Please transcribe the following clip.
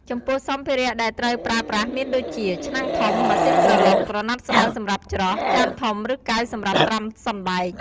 ចំពោះសម្ភារៈដែលត្រូវប្រើប្រាស់មានដូចជា ឆ្នាំងធំ ម៉ាស៊ីនក្រឡុក ក្រណាត់ស្តើងសម្រាប់ច្រោះ ចានធំ ឬកែវសម្រាប់ត្រាំសណ្ដែក។